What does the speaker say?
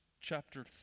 chapter